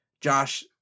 Josh